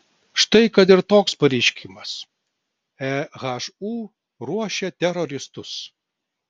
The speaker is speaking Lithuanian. štai kad ir toks pareiškimas ehu ruošia teroristus